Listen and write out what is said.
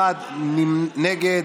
אחד נגד,